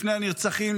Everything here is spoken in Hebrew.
לפני הנרצחים,